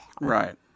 right